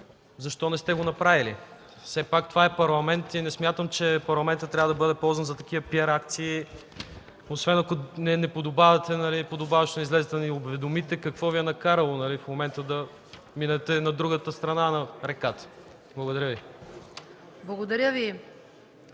Защо не сте го направили? Все пак това е парламент и не смятам, че парламентът трябва да бъде ползван за такива PR акции, освен ако не излезете и подобаващо ни уведомите какво Ви е накарало в момента да минете на другата страна на реката. Благодаря Ви. ПРЕДСЕДАТЕЛ